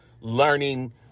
learning